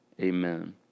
Amen